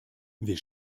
wir